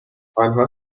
آنها